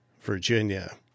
Virginia